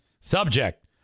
Subject